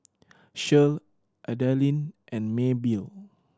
Shirl Adalynn and Maybelle